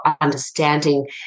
understanding